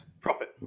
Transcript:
profit